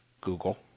Google